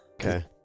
Okay